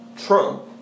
Trump